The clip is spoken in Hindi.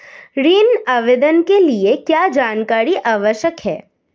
ऋण आवेदन के लिए क्या जानकारी आवश्यक है?